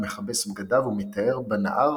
מכבס בגדיו ומיטהר בנהר